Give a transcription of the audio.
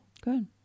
good